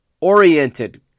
oriented